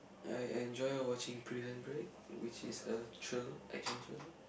I enjoy watching Prison Break which is a thriller action thriller